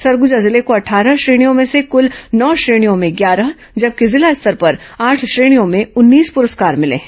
सरगजा जिले को अटठारह श्रेणियों में से कूल नौ श्रेणियों में ग्यारह जबकि जिला स्तर पर आठ श्रेणियों में उन्नीस पुरस्कार मिले हैं